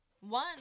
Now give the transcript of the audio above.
one